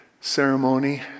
ceremony